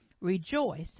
Rejoice